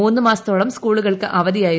മൂന്നുമാസത്തോളിം സ്കൂളുകൾക്ക് അവധിയായിരുന്നു